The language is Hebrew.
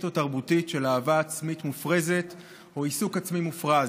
או תרבותית של אהבה עצמית מופרזת או עיסוק עצמי מופרז.